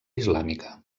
islàmica